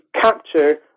capture